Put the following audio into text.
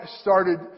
started